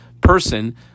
person